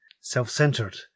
self-centered